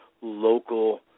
local